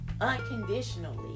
unconditionally